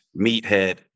meathead